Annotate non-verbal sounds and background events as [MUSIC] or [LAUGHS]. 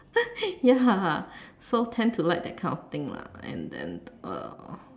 [LAUGHS] ya so tend to like that kind of thing lah and then uh